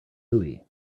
hooey